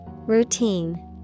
Routine